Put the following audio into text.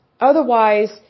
Otherwise